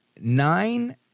nine